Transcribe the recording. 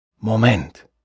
Moment